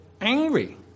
angry